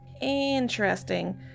Interesting